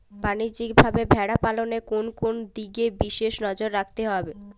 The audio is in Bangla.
বাণিজ্যিকভাবে ভেড়া পালনে কোন কোন দিকে বিশেষ নজর রাখতে হয়?